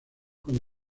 con